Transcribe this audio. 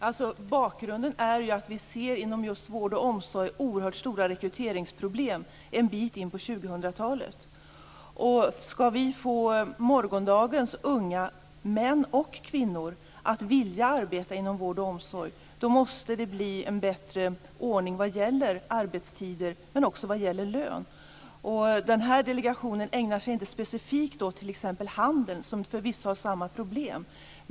Fru talman! Bakgrunden är att vi inom just vård och omsorg ser oerhört stora rekryteringsproblem en bit in på 2000-talet. Skall vi få morgondagens unga män och kvinnor att vilja arbeta inom vård och omsorg måste det bli en bättre ordning vad gäller arbetstider och också lön. Den här delegationen ägnar sig inte specifikt åt t.ex. handeln, som förvisso har samma problem.